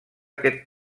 aquest